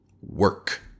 work